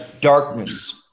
darkness